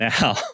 Now